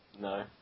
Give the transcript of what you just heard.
No